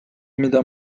mida